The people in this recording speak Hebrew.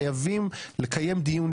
חייבים לקיים דיון,